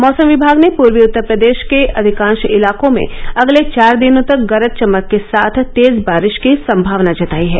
मौसम विभाग ने पूर्वी उत्तर प्रदेश के अधिकांश इलाकों में अगले चार दिनों तक गरज चमक के साथ तेज बारिश की संभावना जतायी है